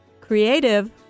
creative